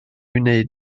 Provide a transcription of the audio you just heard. wneud